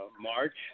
March